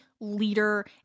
leader